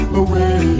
away